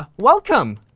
welcome.